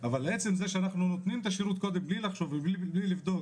אבל עצם זה שאנחנו נותנים את השירות קודם בלי לחשוב ובלי לבדוק